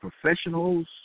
professionals